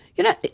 you know,